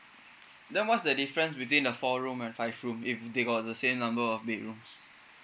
then what's the difference between the four rooms and five room if they got the same number of bedrooms